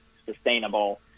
sustainable